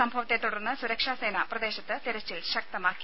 സംഭവത്തെ തുടർന്ന് സുരക്ഷാ സേന പ്രദേശത്ത് തെരച്ചിൽ ശക്തമാക്കി